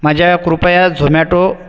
माझ्या कृपया झोमॅटो